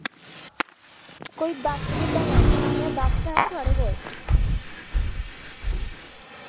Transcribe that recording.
कोई दस्स भिड्डां लैनियां हियां कोई दस्स हैन थुआढ़े कोल